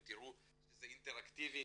שזה אינטראקטיבי,